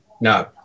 no